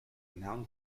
noun